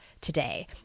today